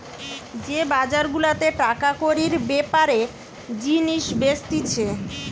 যে বাজার গুলাতে টাকা কড়ির বেপারে জিনিস বেচতিছে